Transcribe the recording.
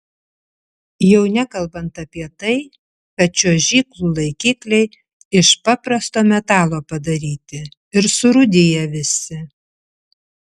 jau nekalbant apie tai kad čiuožyklų laikikliai iš paprasto metalo padaryti ir surūdiję visi